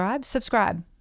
subscribe